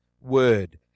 word